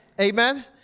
Amen